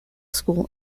school